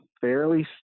fairly